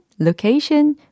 location